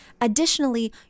additionally